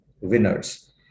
winners